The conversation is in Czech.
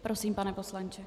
Prosím, pane poslanče.